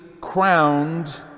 crowned